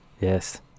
Yes